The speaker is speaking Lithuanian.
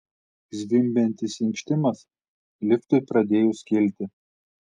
zvimbiantis inkštimas liftui pradėjus kilti